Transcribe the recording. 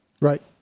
Right